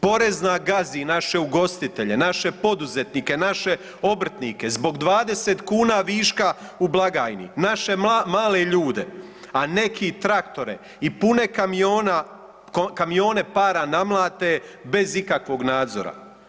Porezna gazi naše ugostitelje, naše poduzetnike, naše obrtnike zbog 20 kuna viška u blagajni, naše male ljude, a neki traktore i pune kamione para namlate bez ikakvog nadzora.